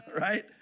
right